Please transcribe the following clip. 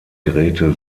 grete